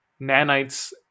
nanites